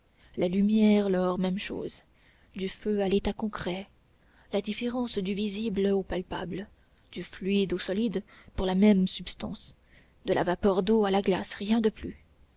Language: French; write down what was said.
la lumière l'or même chose du feu à l'état concret la différence du visible au palpable du fluide au solide pour la même substance de la vapeur d'eau à la glace rien de plus